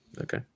Okay